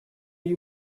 you